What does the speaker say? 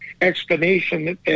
explanation